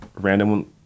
random